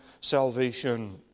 salvation